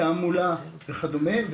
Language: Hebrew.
תעמולה וכדומה.